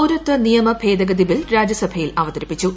പൌരത്വ നിയമ ഭേദഗതി ബിൽ രാജ്യസഭയിൽ അവതരിപ്പിച്ചു